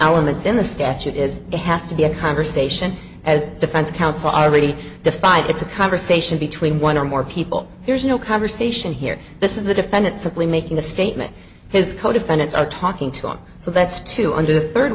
elements in the statute is they have to be a conversation as a defense counsel already defined it's a conversation between one or more people there's no conversation here this is the defendant simply making the statement his co defendants are talking to him so that's two under the third